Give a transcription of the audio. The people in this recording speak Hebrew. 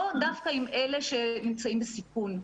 לא דווקא עם אלה שנמצאים בסיכון.